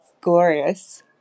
glorious